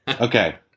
Okay